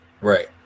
Right